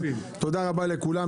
תודה רבה לכולם.